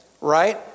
right